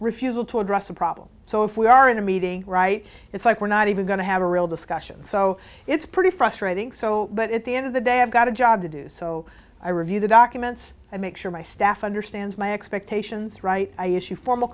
refusal to address a problem so if we are in a meeting right it's like we're not even going to have a real discussion so it's pretty frustrating so but at the end of the day i've got a job to do so i review the documents and make sure my staff understands my expectations write i issue form